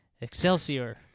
Excelsior